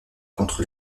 contre